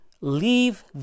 Leave